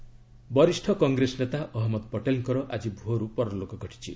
ଅହମ୍ମଦ ପଟେଲ୍ ବରିଷ୍ଠ କଂଗ୍ରେସ ନେତା ଅହନ୍ମଦ ପଟେଲ୍ଙ୍କର ଆଜି ଭୋର୍ ପରଲୋକ ଘଟିଛି